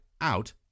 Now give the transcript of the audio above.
out